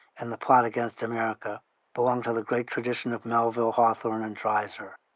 and the plot against america belong to the great tradition of melville, hawthorne and dreiser.